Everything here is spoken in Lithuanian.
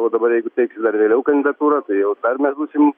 o dabar jeigu teiksi dar vėliau kandidatūrą tai jau dar mes būsim